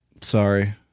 Sorry